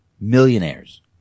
millionaires